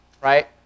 right